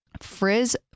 Frizz